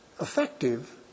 effective